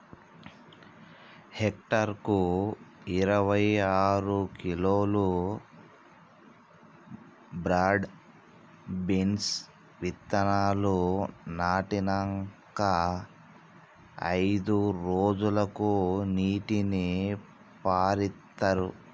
hectare కు ఇరవై ఆరు కిలోలు బ్రాడ్ బీన్స్ విత్తనాలు నాటినంకా అయిదు రోజులకు నీటిని పారిత్తార్